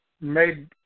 made